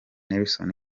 nelson